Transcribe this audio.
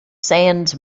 sands